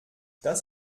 das